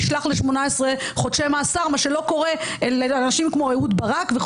נשלח ל-18 חודשי מאסר מה שלא קורה לאנשים כמו אהוד ברק.